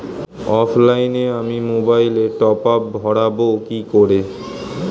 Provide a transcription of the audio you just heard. অফলাইনে আমি মোবাইলে টপআপ ভরাবো কি করে?